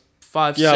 five